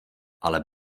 ale